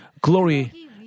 glory